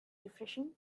refreshing